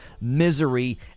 Misery